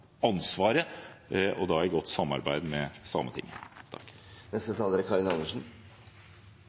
ansvaret, i godt samarbeid med Sametinget.